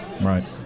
Right